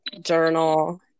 journal